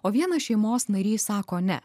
o vienas šeimos narys sako ne